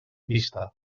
vista